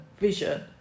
vision